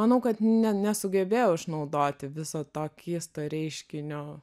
manau kad ne nesugebėjau išnaudoti viso to keisto reiškinio